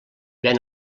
ven